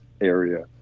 area